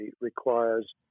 requires